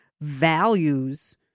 values